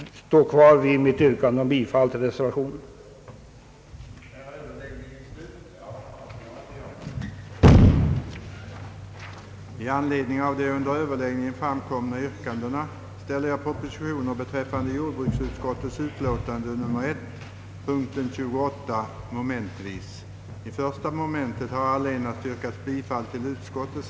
Jag vidhåller mitt yrkande om bifall till reservationen 2 ec.